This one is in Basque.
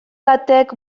batek